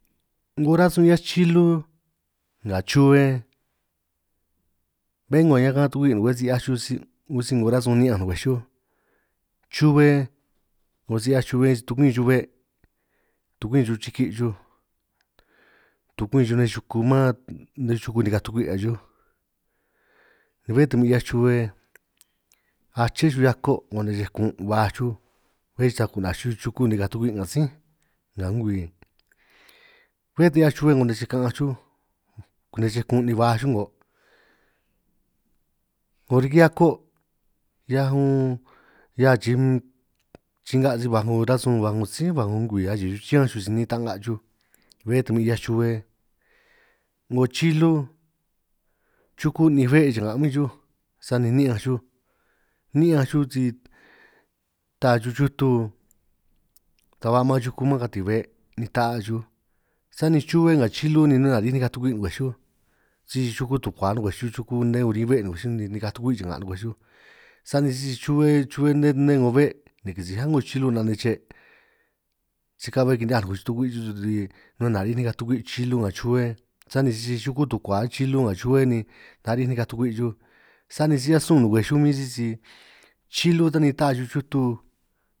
'Ngo rasun 'hiaj chilu nga chuhue, bé 'ngo ñan akan' tukwi' ngwe si 'hiaj chuj si 'ngo rasun ni'ñanj ngwej chuj, chuhue 'ngo si 'hiaj chuhue si tukwin chuj be', tukwin chuj chiki' chuj tukwin chuj nej chuku man nej chuku nikaj tukwi' nga chuj, bé ta min 'hiaj chuhue ache chuj hiako' 'ngo nej chej kun' baj chuj xuj, bé ta ku'naj chuj chuku nikaj tukwi' nga sí nga ngwii, bé ta 'hiaj chuhue che kaanj chuj 'ngo ne' chej kun' ni ba chuj ngo''ngo riki hiako hiaj unn, hiaj chii unn changa' si baj 'ngo rasun baj 'ngo sí baj 'ngo ngwii achiij chuj chiñanj chuj si niin' ta'nga' chuj, bé ta 'hiaj chuhue 'ngo chilu chuku 'ninj be' cha'nga' min chuj sani ni'ñanj chuj ni'ñanj chuj si taa chuj chutu, ta ba maan chuku man katin be' ni taa chuj sani chuhue nga chilu ni na'hue nari'ij nikaj tukwi' ngwej chuj, si chuku tukua nun ngwej chuj chuku nne urin be' huin ngwej chuj ni nikaj tukwi' cha'nga' ngwej chuj, sani sisi chuhue chuhue nne 'ngo be' ni kisij a'ngo chilu 'na' ne' che', si ka'hue kini'hiaj ngwej chuj tukwi' sisi na'hue nari'ij nikaj tukwi' chilu nga chuhue, sani sisi chuku tukua huin chilu nga chuhue ni nari'ij nikaj tukwi' xuj, sani si 'hiaj sun nukuej chuj huin sisi chilu ta ni taa chuj chutu.